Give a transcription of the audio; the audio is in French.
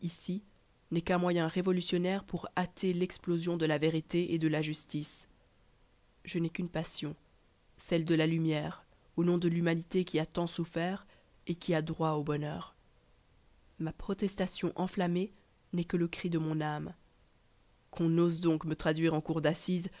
n'est qu'un moyen révolutionnaire pour hâter l'explosion de la vérité et de la justice je n'ai qu'une passion celle de la lumière au nom de l'humanité qui a tant souffert et q u a droit au bonheur ma protestation enflammée n'est que le cri de mon âme qu'on ose donc me traduire en cour d'assises